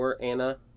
Anna